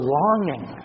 longing